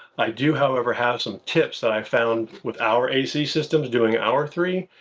i do, however, have some tips that i've found with our a c systems, doing our three,